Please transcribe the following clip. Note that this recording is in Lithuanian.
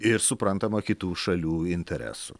ir suprantama kitų šalių interesų